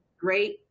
great